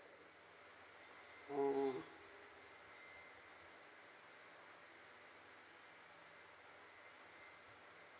oh